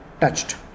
touched